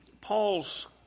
Paul's